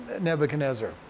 Nebuchadnezzar